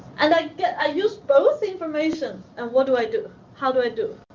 and i get i use both information and what do i do? how do i do?